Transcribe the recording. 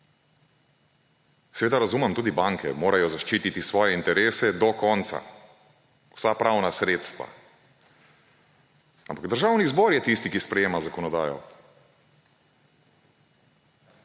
Seveda razumem tudi banke, morajo zaščititi svoje interese do konca, vsa pravna sredstva. Ampak Državni zbor je tisti, ki sprejema zakonodajo.